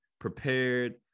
prepared